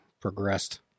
progressed